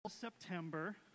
September